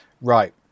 Right